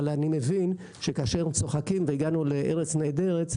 אבל אני מבין שכאשר צוחקים והגענו ל'ארץ נהדרת',